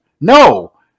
No